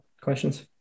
questions